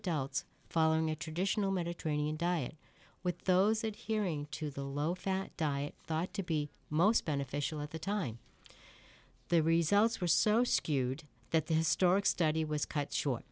adults following a traditional mediterranean diet with those that hearing to the low fat diet thought to be most beneficial at the time the results were so skewed that the historic study was cut short